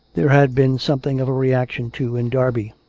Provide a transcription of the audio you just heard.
there had been something of a reaction, too, in derby.